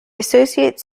associate